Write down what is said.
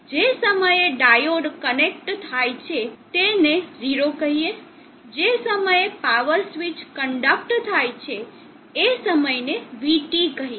જે સમયે diode conduct થાય છે તે ને ઝીરો કહીએ જે સમયે પાવર સ્વીચ ક્ન્ડક્ટ થાય છે એ સમયને vT કહીએ